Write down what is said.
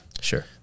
sure